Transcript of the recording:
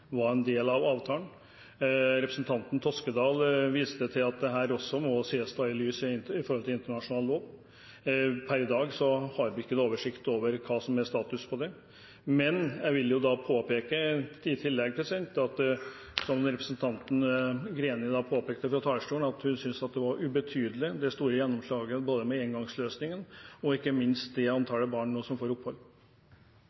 var en del av avtalen. Representanten Toskedal viste til at dette også må ses i forhold til internasjonal lov. Per i dag har vi ikke oversikt over hva som er status på det. Men jeg vil påpeke i tillegg det som representanten Greni påpekte fra talerstolen, at hun syntes det store gjennomslaget både med engangsløsningen og ikke minst det antallet barn som nå får opphold,